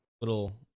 little